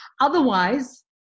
Otherwise